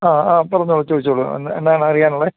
ആ ആ പറഞ്ഞോളൂ ചോദിച്ചോളൂ എന്നത് ആണ് അറിയാൻ ഉള്ളത്